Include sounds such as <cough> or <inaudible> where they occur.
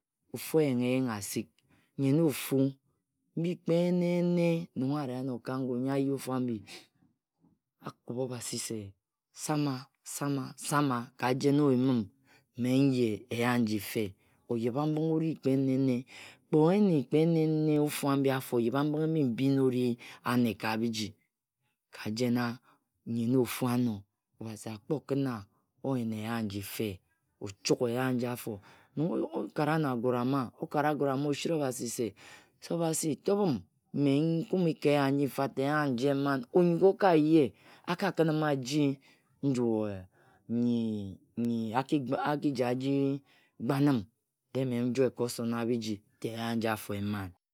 Ofu eyenghe-yenghe asik. Nnyen ofu mbi kpe ene ene nong ari ano ka ngun nyi a yi ofu abhi a kubha obhasi sama. sama, sama ka jen o yim m me nye eya nji fe oyebhambinghe ori kpe ene ene. Kpe oyena kpe ene ene ofu abhi ofo oyebhambinghe mbi mbii ne ori ane ka biji. Ka jena. nyen ofu ano. obhasi a kpo khim a o yen eya nji fe. ochuk eya aji afo. Nong o kara ano agore a ama, o kara agore o siri obhasi se, se obhasi tobh m me n kume ka eya nji fa ta eyea nji eman. Onyuk o ka ye, a ka khin m aji njue <hesitation> nnyi nyi a kiji gban m. De mme njoe ka osona bhiji ta eya aji afo eman.